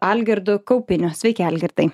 algirdu kaupiniu sveiki algirdai